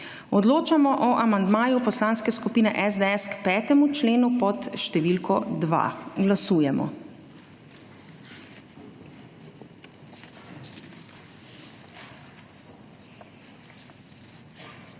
Odločamo o amandmaju Poslanske skupine SDS k 5. členu pod številko 2. Glasujemo.